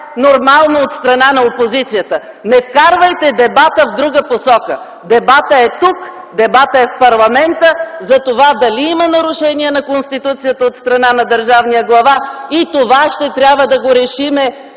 нормално от страна на опозицията. Не вкарвайте дебата в друга посока! Дебатът е тук, дебатът в парламента е за това дали има нарушение на Конституцията от страна на държавния глава. Това ще трябва да решим,